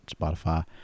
Spotify